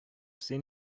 син